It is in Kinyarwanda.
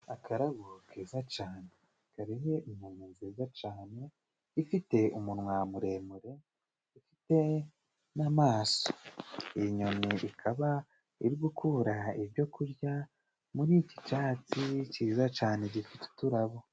Akarabo keza cane kariho inyoni nziza cane, ifite umunwa muremure, ifite n’amaso. Iyi nyoni ikaba iri gukura ibyo kurya muri iki catsi ciza cane gifite uturabo.